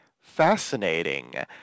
fascinating